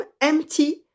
empty